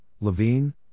Levine